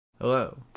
Hello